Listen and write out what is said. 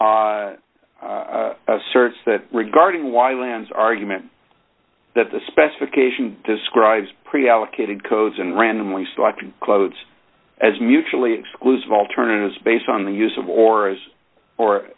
o asserts that regarding why lands argument that the specification describes pre allocated codes and randomly selected quotes as mutually exclusive alternatives based on the use of or as or